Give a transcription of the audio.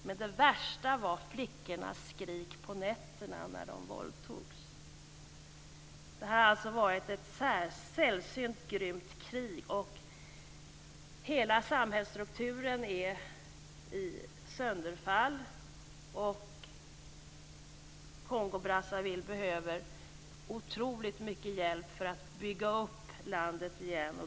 Men det värsta var flickornas skrik på nätterna när de våldtogs. Det har alltså varit ett sällsynt grymt krig. Hela samhällsstrukturen är i sönderfall. Kongo-Brazzaville behöver otroligt mycket hjälp för att bygga upp landet igen.